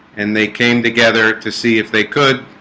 and they came together to see if they could